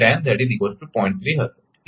તેથી તે હશે